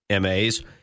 MAs